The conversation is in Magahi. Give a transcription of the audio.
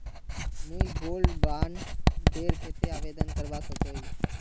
मुई गोल्ड बॉन्ड डेर केते आवेदन करवा सकोहो ही?